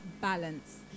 balance